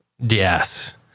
Yes